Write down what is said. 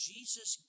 Jesus